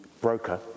broker